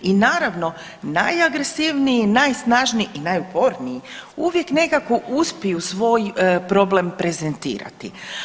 I naravno najagresivniji, najsnažniji i najuporniji uvijek nekako uspiju svoj problem prezentirati.